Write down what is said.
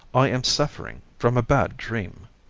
i am suffering from a bad dream